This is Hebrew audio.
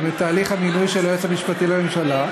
את תהליך המינוי של היועץ המשפטי לממשלה,